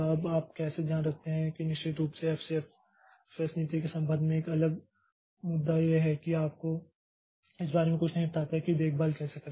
अब आप कैसे ध्यान रखते हैं कि निश्चित रूप से एफसीएफएस नीति के संबंध में एक अलग मुद्दा यह है कि यह आपको इस बारे में कुछ नहीं बताता है कि उसकी देखभाल कैसे करें